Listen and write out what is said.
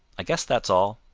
i guess that's all.